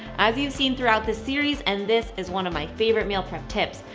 as you've seen throughout the series and this is one of my favorite meal prep tips.